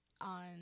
on